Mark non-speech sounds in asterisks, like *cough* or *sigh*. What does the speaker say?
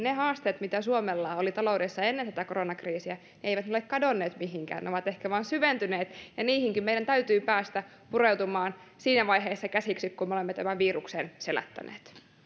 *unintelligible* ne haasteet mitä suomella oli taloudessa ennen tätä koronakriisiä eivät ole kadonneet mihinkään vaan ne ovat ehkä vain syventyneet ja niihinkin meidän täytyy päästä pureutumaan siinä vaiheessa kun me olemme tämän viruksen selättäneet